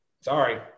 sorry